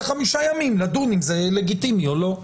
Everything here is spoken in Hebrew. חמישה ימים לדון אם זה לגיטימי או לא.